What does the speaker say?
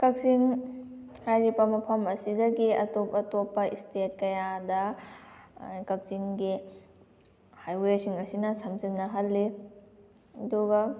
ꯀꯛꯆꯤꯡ ꯍꯥꯏꯔꯤꯕ ꯃꯐꯝ ꯑꯁꯤꯗꯒꯤ ꯑꯇꯣꯞ ꯑꯇꯣꯞꯄ ꯏꯁꯇꯦꯠ ꯀꯌꯥꯗ ꯀꯛꯆꯤꯡꯒꯤ ꯍꯥꯏꯋꯦꯁꯤꯡ ꯑꯁꯤꯅ ꯁꯝꯖꯤꯟꯅꯍꯜꯂꯤ ꯑꯗꯨꯒ